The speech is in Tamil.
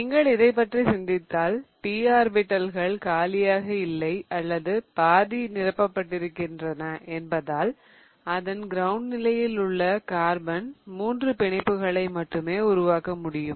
நீங்கள் இதைப் பற்றி சிந்தித்தால் p ஆர்பிடல்கள் காலியாக இல்லை அல்லது பாதி நிரப்பப்பட்டிருக்கின்றன என்பதால் அதன் கிரவுண்ட் நிலையில் உள்ள கார்பன் மூன்று பிணைப்புகளை மட்டுமே உருவாக்க முடியும்